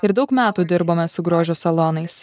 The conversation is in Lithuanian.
ir daug metų dirbome su grožio salonais